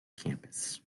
campus